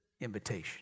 invitation